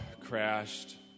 crashed